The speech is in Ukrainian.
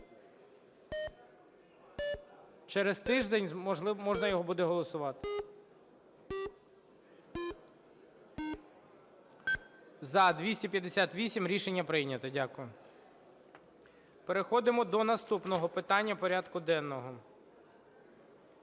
Через тиждень можна його буде голосувати. 13:09:22 За-258 Рішення прийнято. Дякую. Переходимо до наступного питання порядку денного.